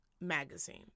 Magazine